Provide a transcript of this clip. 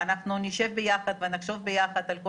ואנחנו נשב ביחד ונחשוב ביחד על כל